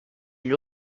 gli